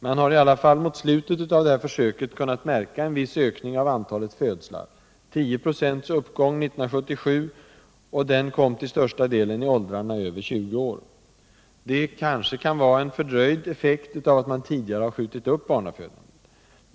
Man har i alla fall mot slutet av försöket kunnat märka en viss ökning av antalet födslar — 10 26 uppgång 1977, och den kom till stor del i åldrarna över 20 år. Detta kanske kan vara en fördröjd effekt av att man tidigare har skjutit upp barnafödandet.